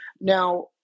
Now